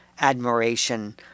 admiration